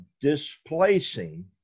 displacing